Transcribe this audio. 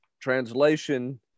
Translation